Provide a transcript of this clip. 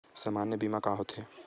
सामान्य बीमा का होथे?